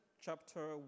chapter